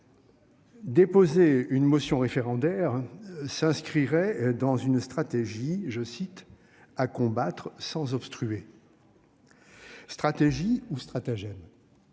Déposer une motion référendaire. S'inscrirait dans une stratégie je cite à combattre sans obstrué. Stratégies ou stratagèmes.